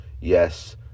Yes